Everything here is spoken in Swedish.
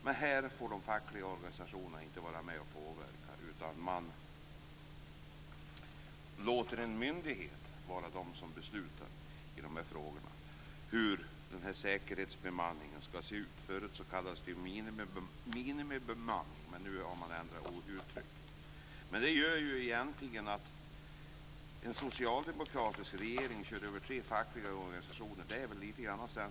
Men här får de fackliga organisationerna inte vara med och påverka, utan man låter en myndighet vara den som beslutar i frågan om hur säkerhetsbemanningen skall se ut. Tidigare kallades det minimibemanning, men nu har man ändrat benämningen. Att en socialdemokratisk regering kör över tre fackliga organisationer är sensationellt.